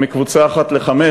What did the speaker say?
מקבוצה אחת לחמש